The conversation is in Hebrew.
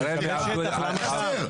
שיקבל שטח - למה שם?